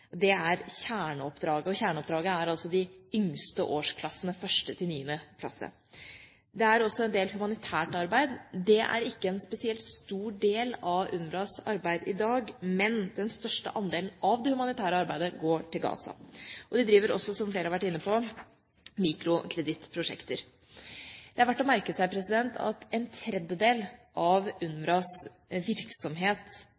utdanning. Det er kjerneoppdraget, og kjerneoppdraget er de yngste årsklassene – 1. til 9. klasse. Det er også en del humanitært arbeid. Det er ikke en spesielt stor del av UNRWAs arbeid i dag, men den største andelen av det humanitære arbeidet går til Gaza. De driver også, som flere har vært inne på, mikrokredittprosjekter. Det er verdt å merke seg at en tredjedel av